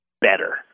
better